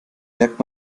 merkt